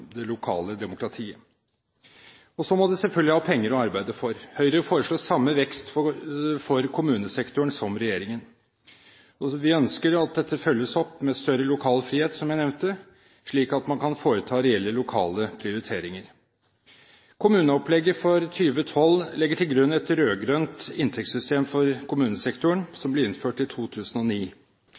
det lokale demokratiet. Så må det selvfølgelig ha penger å arbeide for. Høyre foreslår samme vekst for kommunesektoren som regjeringen. Vi ønsker at dette følges opp med større lokal frihet, som jeg nevnte, slik at man kan foreta reelle lokale prioriteringer. Kommuneopplegget for 2012 legger til grunn et rød-grønt inntektssystem for kommunesektoren, som ble innført i 2009.